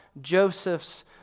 Joseph's